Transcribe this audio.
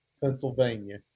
Pennsylvania